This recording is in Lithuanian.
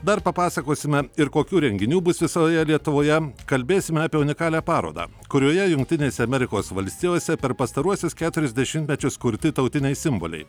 dar papasakosime ir kokių renginių bus visoje lietuvoje kalbėsime apie unikalią parodą kurioje jungtinėse amerikos valstijose per pastaruosius keturis dešimtmečius kurti tautiniai simboliai